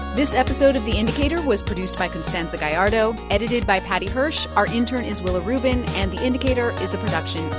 this episode of the indicator was produced by constanza gallardo, edited by paddy hirsch. our intern is willa rubin. and the indicator is a production